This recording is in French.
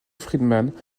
friedman